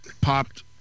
popped